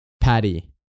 Patty